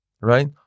right